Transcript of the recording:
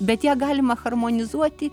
bet ją galima harmonizuoti